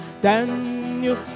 Daniel